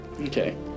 Okay